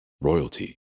royalty